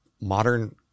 modern